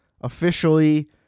officially